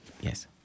Yes